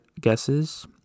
guesses